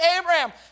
Abraham